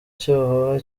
cyohoha